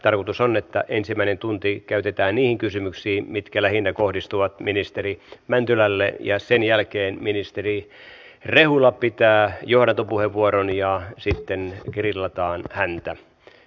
tarkoitus on että ensimmäinen tunti käytetään niihin kysymyksiin mitkä lähinnä kohdistuvat ministeri mäntylälle ja sen jälkeen ministeri rehula pitää johdantopuheenvuoron ja sitten grillataan häntä